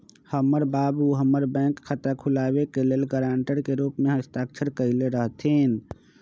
हमर बाबू हमर बैंक खता खुलाबे के लेल गरांटर के रूप में हस्ताक्षर कयले रहथिन